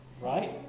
right